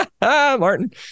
martin